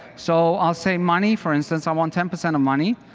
so i'll say, money, for instance, i want ten percent of money.